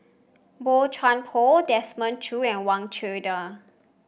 Boey Chuan Poh Desmond Choo and Wang Chunde